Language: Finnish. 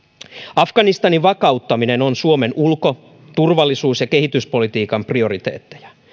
afganistanin vakauttaminen on suomen ulko turvallisuus ja kehityspolitiikan prioriteetteja